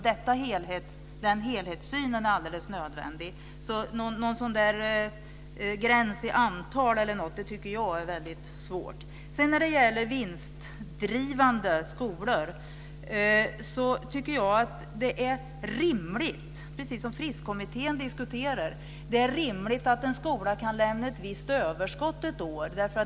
Den helhetssynen är alldeles nödvändig, så jag tycker att det är väldigt svårt att dra någon gräns när det gäller antal. När det gäller vinstdrivande skolor tycker jag att det är rimligt, precis som Fristkommittén diskuterar, att en skola kan ha ett visst överskott ett år.